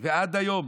ועד היום